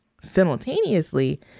Simultaneously